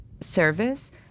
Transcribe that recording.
service